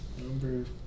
Number